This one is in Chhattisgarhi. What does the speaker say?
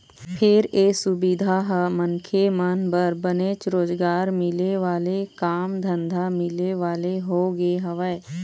फेर ये सुबिधा ह मनखे मन बर बनेच रोजगार मिले वाले काम धंधा मिले वाले होगे हवय